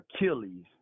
Achilles